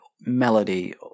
melody